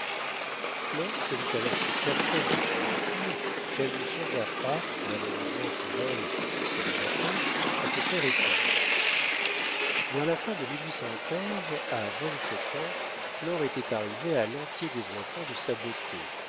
se vit alors si certaine de son empire qu'elle ne songea pas malheureusement pour elle et pour ce célibataire à se faire épouser vers la fin de à vingt-sept ans flore était arrivée à l'entier développement de sa beauté